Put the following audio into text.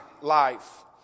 life